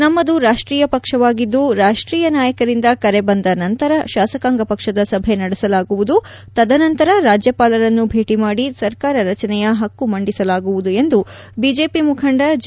ನಮ್ಮದು ರಾಷ್ಟೀಯ ಪಕ್ಷವಾಗಿದ್ದು ರಾಷ್ಟೀಯ ನಾಯಕರಿಂದ ಕರೆ ಬಂದ ನಂತರ ತಾಸಕಾಂಗ ಪಕ್ಷದ ಸಭೆ ನಡೆಸಲಾಗುವುದು ತದನಂತರ ರಾಜ್ಯಪಾಲರನ್ನು ಭೇಟಿ ಮಾಡಿ ಸರ್ಕಾರ ರಚನೆಯ ಹಕ್ಕು ಮಂಡಿಸಲಾಗುವುದು ಎಂದು ಬಿಜೆಪಿ ಮುಖಂಡ ಜೆ